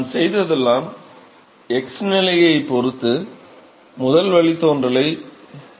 நான் செய்ததெல்லாம் x நிலையைப் பொறுத்து முதல் வழித்தோன்றலை எடுத்துள்ளேன்